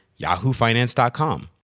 yahoofinance.com